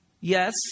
yes